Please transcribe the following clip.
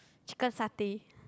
chicken satay